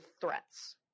threats